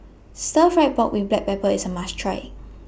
Stir Fry Pork with Black Pepper IS A must Try